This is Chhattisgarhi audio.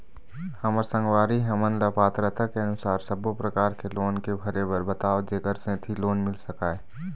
हमर संगवारी हमन ला पात्रता के अनुसार सब्बो प्रकार के लोन के भरे बर बताव जेकर सेंथी लोन मिल सकाए?